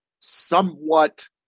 somewhat